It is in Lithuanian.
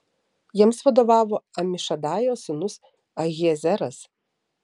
jiems vadovavo amišadajo sūnus ahiezeras